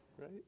right